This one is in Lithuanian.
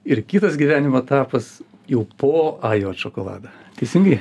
ir kitas gyvenimo etapas jau po ajot šokolado teisingai